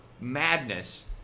madness